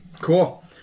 cool